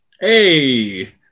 Hey